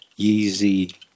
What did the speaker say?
Yeezy